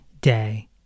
day